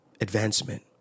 advancement